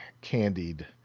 candied